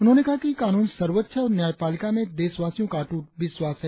उन्होंने कहा कि कानून सर्वोच्च है और न्यायपालिका में देशवासियों का अटूट विश्वास है